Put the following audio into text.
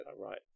right